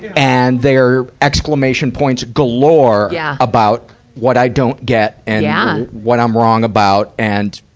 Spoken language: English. and they're exclamation points galore yeah about what i don't get and yeah what i'm wrong about and,